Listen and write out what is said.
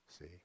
see